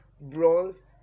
bronze